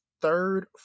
third